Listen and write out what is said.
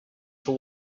for